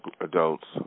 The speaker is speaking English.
adults